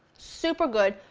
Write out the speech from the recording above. super good,